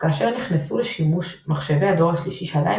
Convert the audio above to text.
כאשר נכנסו לשימוש מחשבי הדור השלישי שעדיין